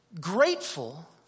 grateful